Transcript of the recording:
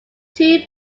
two